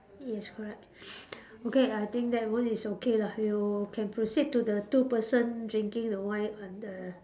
yes correct okay I think that one is okay lah you can proceed to the two person drinking the wine on the